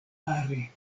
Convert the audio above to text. are